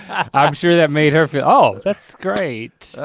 i'm sure that made her feel oh, that's great.